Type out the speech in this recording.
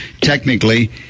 technically